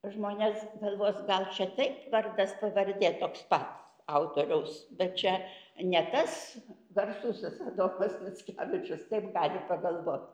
žmonės galvos gal čia taip vardas pavardė toks pat autoriaus bet čia ne tas garsusis adomas mickevičius taip gali pagalvot